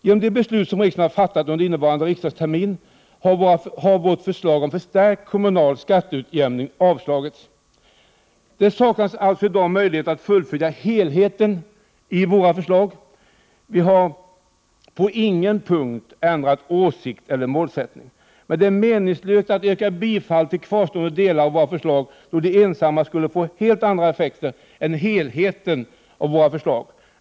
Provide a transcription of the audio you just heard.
Genom de beslut som riksdagen har fattat under innevarande riksdagsår har vårt förslag om förstärkt kommunal skatteutjämning avslagits. Det saknas alltså i dag möjlighet att fullfölja helheten i våra förslag. Vi har på ingen punkt ändrat åsikt eller målsättning, men det är meningslöst att yrka bifall till kvarstående delar av våra förslag, då de ensamma skulle få helt andra effekter än helheten av våra förslag.